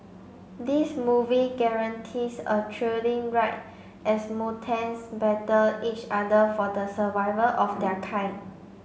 this movie guarantees a thrilling ride as mutants battle each other for the survival of their kind